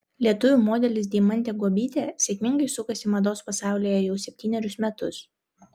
lietuvių modelis deimantė guobytė sėkmingai sukasi mados pasaulyje jau septynerius metus